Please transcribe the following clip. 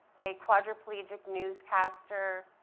a quadriplegic newscaster,